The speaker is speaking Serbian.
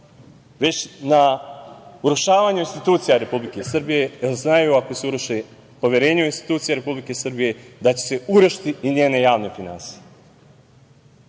već na urušavanju institucija Republike Srbije, jer znaju ako se uruši poverenje u institucije Republike Srbije da će se urušiti i njene javne finansije. Nema